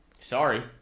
Sorry